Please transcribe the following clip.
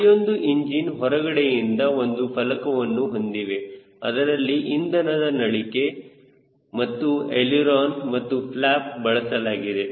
ಪ್ರತಿಯೊಂದು ಇಂಜಿನ್ ಹೊರಗಡೆಯಿಂದ ಒಂದು ಫಲಕವನ್ನು ಹೊಂದಿವೆ ಅದರಲ್ಲಿ ಇಂಧನದ ನಳಿಕೆ ಮತ್ತು ಎಳಿರೋನ ಮತ್ತು ಫ್ಲಪ್ ಬಳಸಲಾಗಿದೆ